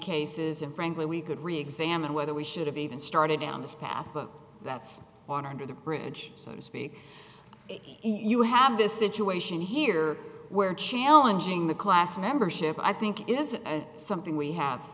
cases and frankly we could really examine whether we should have even started down this path but that's water under the bridge so to speak you have this situation here where challenging the class membership i think is something we have